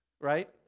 right